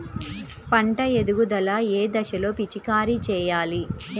పంట ఎదుగుదల ఏ దశలో పిచికారీ చేయాలి?